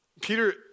Peter